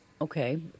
Okay